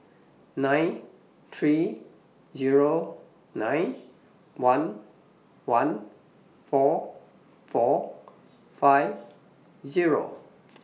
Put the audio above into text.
nine three Zero nine one one four four five Zero